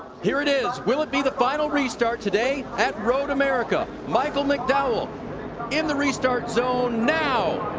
here it is. will it be the final restart today at road america? michael mcdowell in the restart zone now!